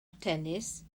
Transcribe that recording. tennis